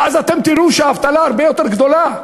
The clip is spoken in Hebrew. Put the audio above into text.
ואז אתם תראו שהאבטלה הרבה יותר גדולה.